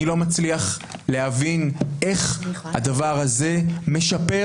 אני לא מצליח להבין איך הדבר הזה משפר